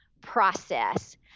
process